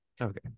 Okay